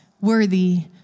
worthy